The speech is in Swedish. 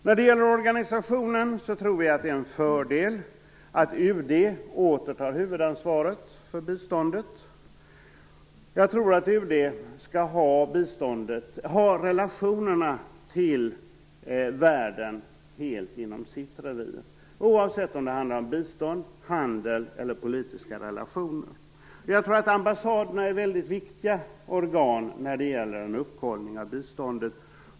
När det gäller organisationen tror vi att det är en fördel att UD åter tar huvudansvaret för biståndet. UD skall ha relationerna till världen helt inom sitt revir oavsett om det handlar om bistånd, handel eller politiska relationer. Ambassaderna är väldigt viktiga när det gäller att kontrollera biståndet.